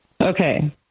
Okay